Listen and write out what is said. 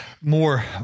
more